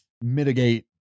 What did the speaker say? mitigate